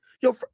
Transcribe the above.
Yo